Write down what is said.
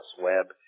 Web